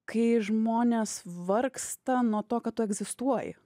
kai žmonės vargsta nuo to kad tu egzistuoji